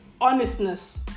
honestness